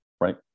right